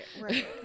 right